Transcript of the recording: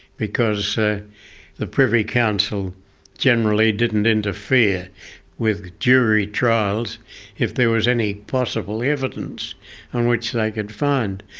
because the privy council generally didn't interfere with jury trials if there was any possible evidence on which they could find.